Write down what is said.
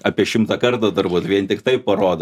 apie šimtą kartų turbūt vien tik tai parodo